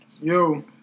Yo